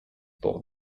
pour